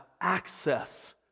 access